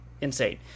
Insane